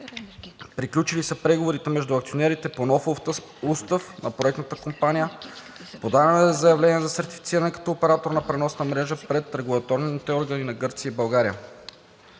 Приключили са преговорите между акционерите по нов устав на проектната компания, подадено е заявление за сертифициране като оператор на преносна мрежа пред регулаторните органи на Гърция и България.